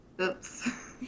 Oops